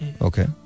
okay